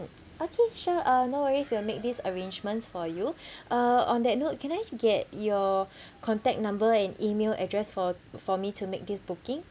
okay sure uh no worries we will make this arrangements for you uh on that note can I get your contact number and email address for for me to make this booking